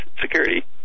security